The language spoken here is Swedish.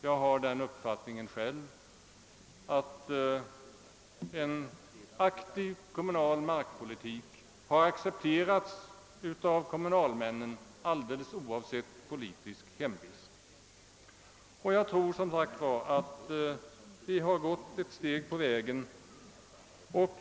Jag har själv den uppfattningen, att en aktiv kommunal markpolitik har accepterats av kommunalmännen alldeles oavsett politiskt hemvist. Jag tror som sagt att vi här har gått ett steg på vägen.